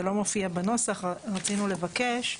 זה לא מופיע בנוסח, רצינו לבקש.